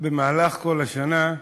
במהלך כל השנה,